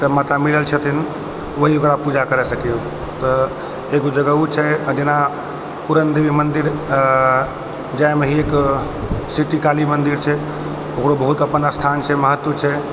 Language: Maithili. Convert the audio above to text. माता मिलल छथिन वही ओकरा पूजा करै सकै यऽ तऽ एगो जगह ओ छै जेना पूरण देवी मन्दिर अऽ जाहि मे एक सिटी काली मंदिर छै ओकरो बहुत अपन स्थान छै महत्त्व छै